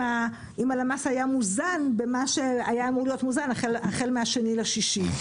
אם הלמ"ס היה מוזן במה שהיה אמור להיות החל מה-2 ביוני.